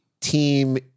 team